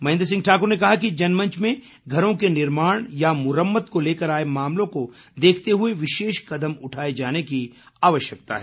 महेन्द्र सिंह ठाकुर ने कहा कि जनमंच में घरों के निर्माण या मुरम्मत को लेकर आए मामलों को देखते हुए विशेष कदम उठाए जाने की ज़रूरत है